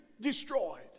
destroyed